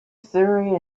surrey